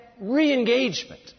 re-engagement